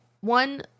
one